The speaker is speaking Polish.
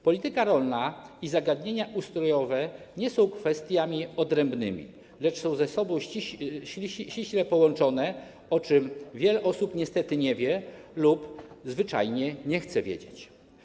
Polityka rolna i zagadnienia ustrojowe nie są kwestiami odrębnymi, lecz są ze sobą ściśle połączone, o czym wiele osób niestety nie wie lub zwyczajnie nie chce wiedzieć.